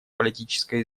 политическое